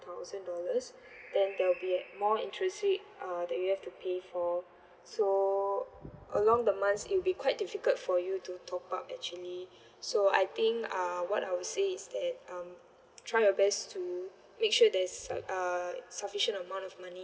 thousand dollars then there'll be more interest rate uh that you have to pay for so along the months it'll be quite difficult for you to top up actually so I think uh what I would say is that um try your best to make sure there's uh sufficient amount of money